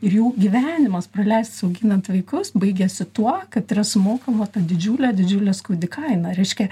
ir jų gyvenimas praleistas auginant vaikus baigiasi tuo kad yra sumokama ta didžiulė didžiulė skaudi kaina reiškia